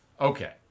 Okay